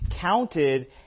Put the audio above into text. counted